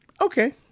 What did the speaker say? okay